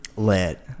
Lit